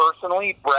personally